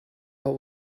what